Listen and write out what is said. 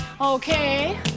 Okay